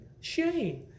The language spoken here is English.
shame